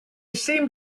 seemed